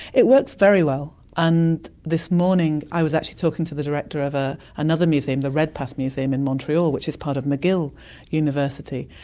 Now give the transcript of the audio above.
it works very well, and this morning i was actually talking to the director of ah another museum, the redpath museum in montreal which is part of mcgill university,